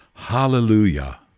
hallelujah